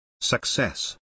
Success